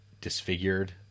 disfigured